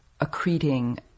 accreting